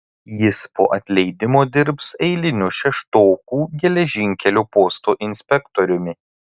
jis po atleidimo dirbs eiliniu šeštokų geležinkelio posto inspektoriumi